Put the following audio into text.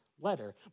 letter